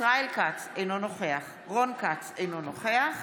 ישראל כץ, אינו נוכח רון כץ, אינו נוכח